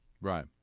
Right